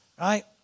Right